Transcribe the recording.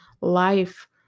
life